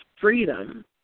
freedom